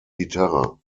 gitarre